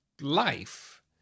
life